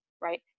right